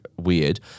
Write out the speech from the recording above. weird